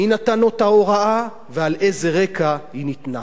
מי נתן את ההוראה ועל איזה רקע היא ניתנה.